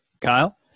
Kyle